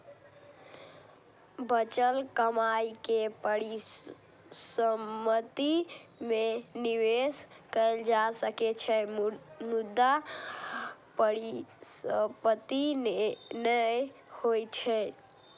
बचल कमाइ के परिसंपत्ति मे निवेश कैल जा सकै छै, मुदा परिसंपत्ति नै होइ छै